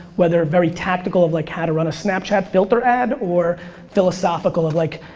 whether very tactical of, like, how to run a snapchat filter ad or philosophical of, like,